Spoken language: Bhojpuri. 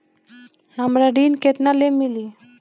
हमरा ऋण केतना ले मिली?